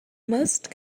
most